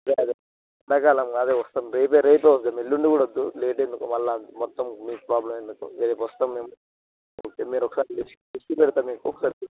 అదే అదే ఎండకాలం కదా వస్తాం రేపే రేపే వస్తాం ఎల్లుండి కూడా వద్దు లేట్ ఎందుకు మళ్ళీ మొత్తం మీకు ప్రాబ్లమ్ ఎందుకు రేపు వస్తాం మేము ఓకే మీరు ఒకసారి లిస్ట్ పెడతాను మీకు